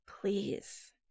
please